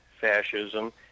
fascism